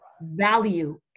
value